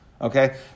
okay